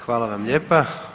Hvala vam lijepa.